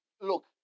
Look